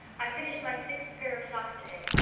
i finished my sixth pair of socks today.